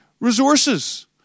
resources